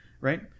Right